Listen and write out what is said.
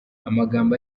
amagambo